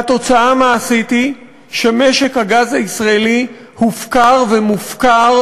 והתוצאה המעשית היא שמשק הגז הישראלי הופקר ומופקר